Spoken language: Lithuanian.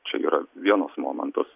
čia yra vienas momentas